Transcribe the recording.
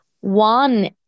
one